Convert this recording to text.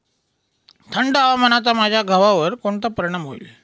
थंड हवामानाचा माझ्या गव्हावर कोणता परिणाम होईल?